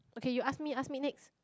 okay you ask me ask me next